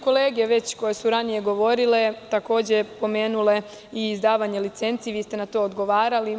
Kolege koje su ranije govorile takođe su pomenule i izdavanje licenci, vi ste na to odgovorili.